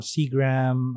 Seagram